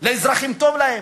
האזרחים, טוב להם.